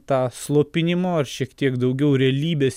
tą slopinimo ar šiek tiek daugiau realybės